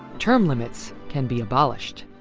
term limits can be abolished.